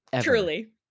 Truly